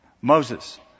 Moses